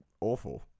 awful